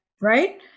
right